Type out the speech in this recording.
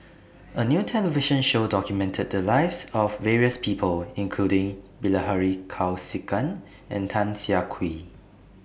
A New television Show documented The Lives of various People including Bilahari Kausikan and Tan Siah Kwee